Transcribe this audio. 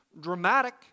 dramatic